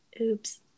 Oops